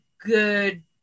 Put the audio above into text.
good